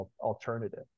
alternative